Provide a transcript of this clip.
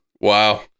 Wow